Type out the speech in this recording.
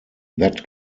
that